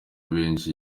benshi